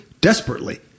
desperately